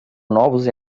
novos